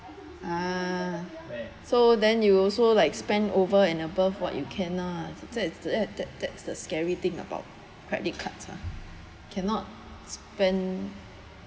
ah so then you also like spend over and above what you can lah that's that's that that's the scary thing about credit cards ah cannot spend